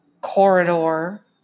corridor